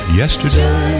yesterday